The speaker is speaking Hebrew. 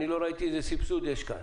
אני לא ראיתי איזה סבסוד יש כאן.